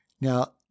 Now